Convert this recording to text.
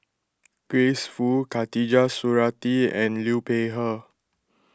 Grace Fu Khatijah Surattee and Liu Peihe